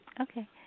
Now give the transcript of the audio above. Okay